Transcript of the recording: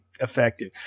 effective